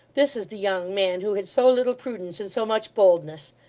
this is the young man who had so little prudence and so much boldness.